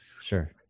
Sure